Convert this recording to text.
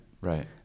Right